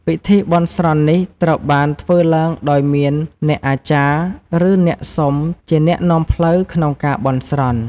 ពិធីបន់ស្រន់នេះត្រូវបានធ្វើឡើងដោយមានអ្នកអាចារ្យ ឬអ្នកសុំ ជាអ្នកនាំផ្លូវក្នុងការបន់ស្រន់។